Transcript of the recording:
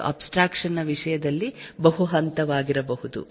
ಇದು ಅಬ್ಸ್ಟ್ರಾಕ್ಷನ್ ನ ವಿಷಯದಲ್ಲಿ ಬಹು ಹಂತವಾಗಿರಬಹುದು